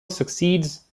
succeeds